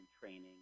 training